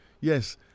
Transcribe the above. Yes